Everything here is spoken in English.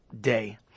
day